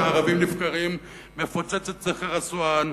שערבים לבקרים מפוצץ את סכר אסואן,